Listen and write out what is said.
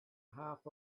half